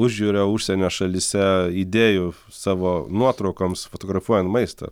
užjūrio užsienio šalyse idėjų savo nuotraukoms fotografuojan maistą